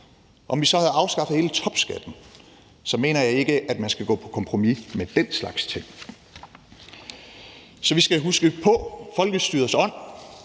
Om man så havde afskaffet hele topskatten, mener jeg ikke, at man skal gå på kompromis med den slags ting. Vi skal huske på folkestyrets ånd.